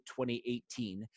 2018